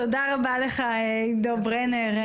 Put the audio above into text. תודה רבה לך, עידו ברנר.